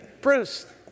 Bruce